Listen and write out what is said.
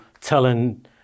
telling